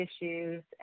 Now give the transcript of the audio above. issues